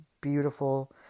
beautiful